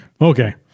Okay